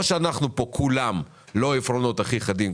אז או שאנחנו פה כולם לא העפרונות הכי חדים,